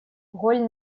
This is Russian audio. голь